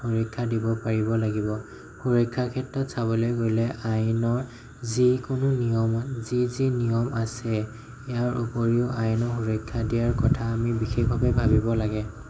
সুৰক্ষা দিব পাৰিব লাগিব সুৰক্ষাৰ ক্ষেত্ৰত চাবলৈ গ'লে আইনৰ যিকোনো নিয়মত যি যি নিয়ম আছে ইয়াৰ ওপৰিও আইনৰ সুৰক্ষা দিয়াৰ কথা আমি বিশেষভাৱে ভাবিব লাগে